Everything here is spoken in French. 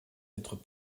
être